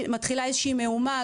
מתחילה מהומה.